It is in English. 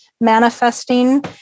manifesting